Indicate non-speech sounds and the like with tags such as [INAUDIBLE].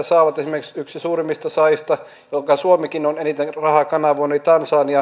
[UNINTELLIGIBLE] saavat esimerkiksi yksi suurimmista saajista johonka suomikin on eniten rahaa kanavoinut eli tansania [UNINTELLIGIBLE]